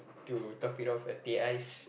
to top it off teh ais